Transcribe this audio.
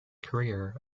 career